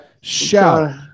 shout